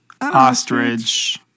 Ostrich